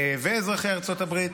ואזרחי ארצות הברית.